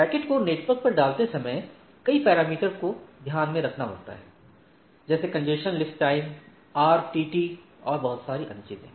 packet को network पर डालते समय कई पैरामीटर को ध्यान में रखना होता है जैसे कंजेशन लिस्ट टाइम आरटीटी और बहुत सारी अन्य चीजें